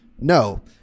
No